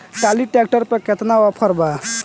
Trolley tractor पर केतना offer बा?